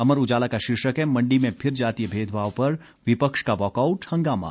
अमर उजाला का शीर्षक है मंडी में फिर जातीय भेदभाव पर विपक्ष का वॉकआउट हंगामा